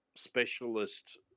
specialist